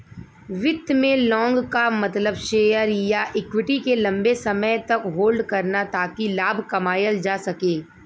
वित्त में लॉन्ग क मतलब शेयर या इक्विटी के लम्बे समय तक होल्ड करना ताकि लाभ कमायल जा सके